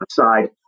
aside